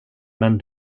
men